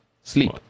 Sleep